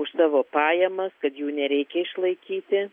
už savo pajamas kad jų nereikia išlaikyti